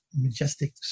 majestic